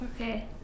Okay